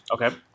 Okay